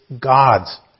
God's